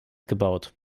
gebaut